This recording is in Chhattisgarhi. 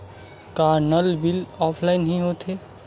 का नल बिल ऑफलाइन हि होथे?